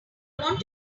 want